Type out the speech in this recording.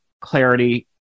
clarity